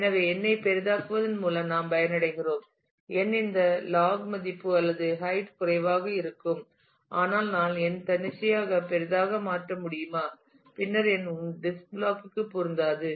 எனவே n ஐ பெரிதாக்குவதன் மூலம் நாம் பயனடைகிறோம் n இந்த லாக் மதிப்பு அல்லது ஹைட் குறைவாக இருக்கும் ஆனால் நான் n தன்னிச்சையாக பெரியதாக மாற்ற முடியுமா பின்னர் n ஒரு டிஸ்க் பிளாக் க்கு பொருந்தாது